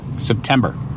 September